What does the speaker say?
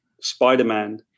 Spider-Man